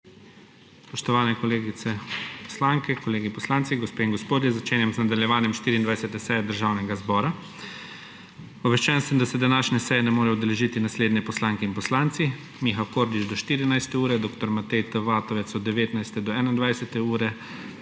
Spoštovane kolegice poslanke, kolegi poslanci, gospe in gospodje! Začenjam nadaljevanje 24. seje Državnega zbora. Obveščen sem, da se današnje seje ne morejo udeležiti naslednje poslanke in poslanci: Miha Kordiš do 14. ure, dr. Matej T. Vatovec od 19. do 21. ure,